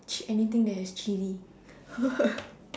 chi~ anything that has chili